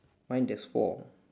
mine there's four